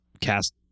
cast